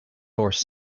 force